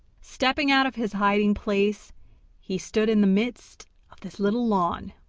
stepping out of his hiding-place he stood in the midst of the little lawn,